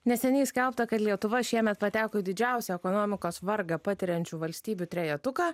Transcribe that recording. neseniai skelbta kad lietuva šiemet pateko į didžiausią ekonomikos vargą patiriančių valstybių trejetuką